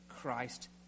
Christ